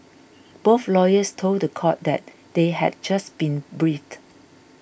both lawyers told the court that they had just been briefed